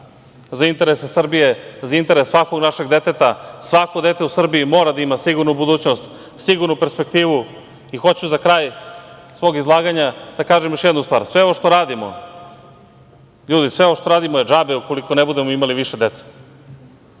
za interese Srbije, za interes svakog našeg deteta. Svako dete u Srbiji mora da ima sigurnu budućnost, sigurnu perspektivu. Hoću za kraj svog izlaganja da kažem još jednu stvar, ljudi, sve ovo što radimo je džabe ukoliko ne budemo imali više dece.